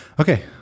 Okay